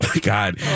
God